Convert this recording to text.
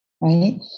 right